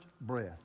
breath